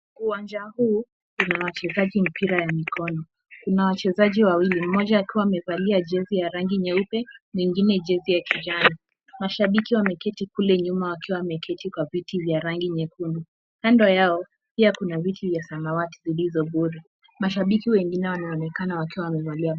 Uwanja huu una wachezaji mpira ya mikono. Kuna wachezaji wawili, mmoja akiwa amevalia jezi ya rangi nyeupe na mwingine jezi ya kijani. Mashabiki wameketi kule nyuma wakiwa wameketi kwa viti vya rangi nyekundu. Kando yao pia kuna viti vya samawati zilizo bure. Mashabiki wengine wanaonekana wakiwa wamevalia.